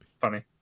funny